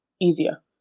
easier